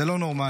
זה לא נורמלי.